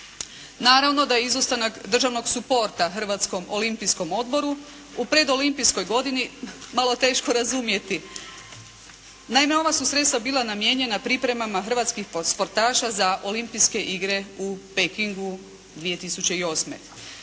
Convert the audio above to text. Naravno da je izostanak državnog supporta Hrvatskom olimpijskom odboru u predolimpijskoj godini malo teško razumjeti. Naime, ova su sredstva bila namijenjena pripremama hrvatskih sportaša za Olimpijske igre u Pekingu 2008.